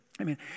Amen